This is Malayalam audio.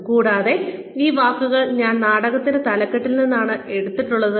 കൂടാതെ ഈ വാക്കുകൾ ഞാൻ നാടകത്തിന്റെ തലക്കെട്ടിൽ നിന്നാണ് എടുത്തിട്ടുള്ളത്